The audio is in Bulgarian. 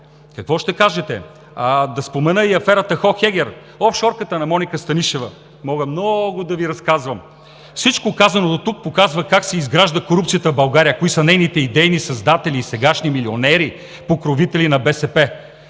Какво ще кажете? Да спомена и аферата „Хохегер“ – офшорката на Моника Станишева. Мога мно-о-о-го да Ви разказвам. Всичко казано дотук показва как се изгражда корупцията в България, кои са нейните идейни създатели и сегашни милионери, покровители на БСП.